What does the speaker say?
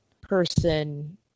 person